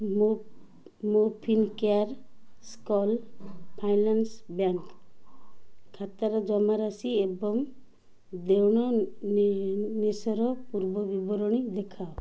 ମୋର Fincare small finance bank ଖାତାର ଜମାରାଶି ଏବଂ ଦେଣନେଶର ପୂର୍ବବିବରଣୀ ଦେଖାଅ